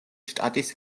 შტატის